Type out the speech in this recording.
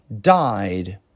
died